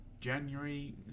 January